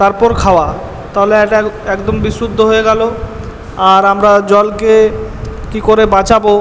তারপর খাওয়া তাহলে একটা একদম বিশুদ্ধ হয়ে গেল আর আমরা জলকে কী করে বাঁচাবো